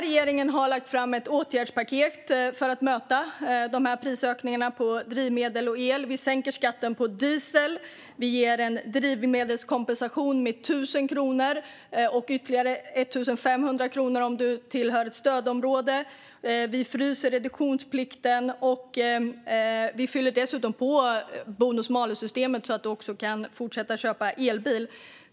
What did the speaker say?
Regeringen har lagt fram ett åtgärdspaket för att möta prisökningarna på drivmedel och el. Vi sänker skatten på diesel. Vi ger en drivmedelskompensation på 1 000 kronor och ytterligare 1 500 kronor om man tillhör ett stödområde. Vi fryser reduktionsplikten, och vi fyller dessutom på bonus malus-systemet så att man kan fortsätta att köpa elbilar.